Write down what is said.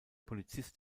polizist